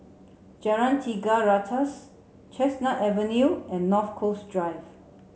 Jalan Tiga Ratus Chestnut Avenue and North Coast Drive